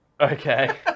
Okay